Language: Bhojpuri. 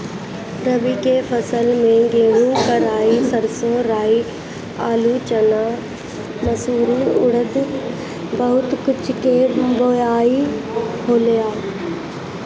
रबी के फसल में गेंहू, कराई, सरसों, राई, आलू, चना, मसूरी अउरी बहुत कुछ के बोआई होखेला